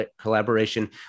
collaboration